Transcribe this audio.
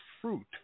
fruit